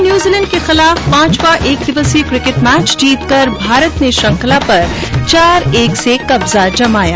New Zealand के खिलाफ पांचवा एक दिवसीय किकेट मैच जीतकर भारत ने श्रृंखला पर चार एक से कब्जा जमाया